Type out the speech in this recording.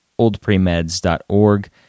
oldpremeds.org